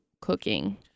cooking